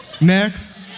Next